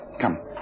Come